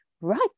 right